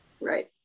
right